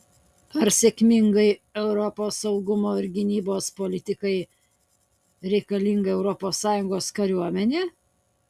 ar sėkmingai europos saugumo ir gynybos politikai reikalinga europos sąjungos kariuomenė